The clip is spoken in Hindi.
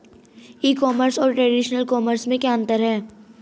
ई कॉमर्स और ट्रेडिशनल कॉमर्स में क्या अंतर है?